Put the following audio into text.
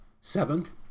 Seventh